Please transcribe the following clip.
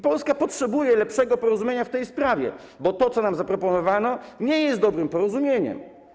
Polska potrzebuje lepszego porozumienia w tej sprawie, bo to, co nam zaproponowano, nie jest dobrym porozumieniem.